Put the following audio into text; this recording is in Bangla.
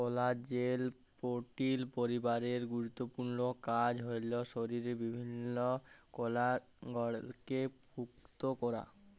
কলাজেল পোটিল পরিবারের গুরুত্তপুর্ল কাজ হ্যল শরীরের বিভিল্ল্য কলার গঢ়লকে পুক্তা ক্যরা